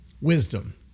wisdom